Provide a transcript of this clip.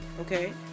Okay